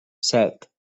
set